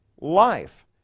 life